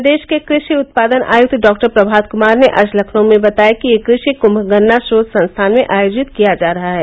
प्रदेश के कृषि उत्पादन आयक्त डॉक्टर प्रभात क्मार ने आज लखनऊ में बताया कि यह कृषि कुम्म गन्ना शोध संस्थान में आयोजित किया जा रहा है